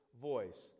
voice